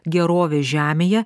gerovė žemėje